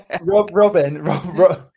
robin